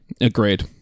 Agreed